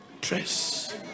dress